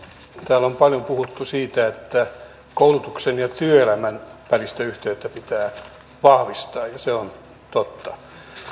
täällä on paljon puhuttu siitä että koulutuksen ja työelämän välistä yhteyttä pitää vahvistaa ja se on totta